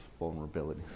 vulnerabilities